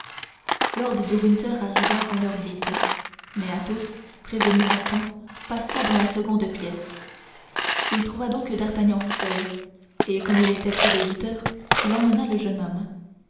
lord de winter arriva à l'heure dite mais athos prévenu à temps passa dans la seconde pièce il trouva donc d'artagnan seul et comme il était près de huit heures il emmena le jeune homme